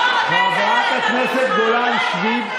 חברת הכנסת גולן, שבי.